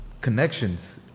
connections